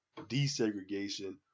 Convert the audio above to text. desegregation